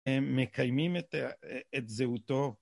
הם מקיימים את זהותו.